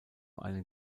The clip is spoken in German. einen